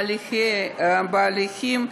ואחריהם, אם היא לא תצליח בהליכים,